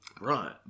Right